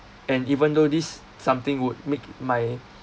and even though this something would make my